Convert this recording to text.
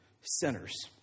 sinners